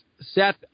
Seth